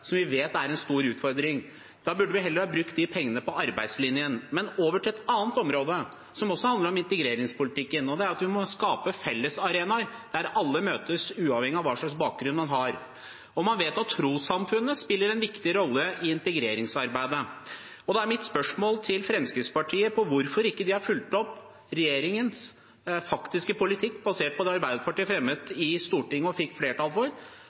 som vi vet er en stor utfordring. Da burde vi heller ha brukt de pengene på arbeidslinjen. Men over til et annet område, som også handler om integreringspolitikken: Vi må skape fellesarenaer der alle møtes, uavhengig av hva slags bakgrunn man har. Man vet at trossamfunnene spiller en viktig rolle i integreringsarbeidet. Da er mitt spørsmål til Fremskrittspartiet: Hvorfor har de ikke fulgt opp regjeringens faktiske politikk basert på det Arbeiderpartiet fremmet i Stortinget og fikk flertall for